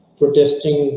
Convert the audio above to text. protesting